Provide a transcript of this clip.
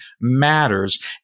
matters